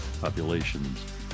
populations